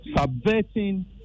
subverting